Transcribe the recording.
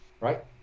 Right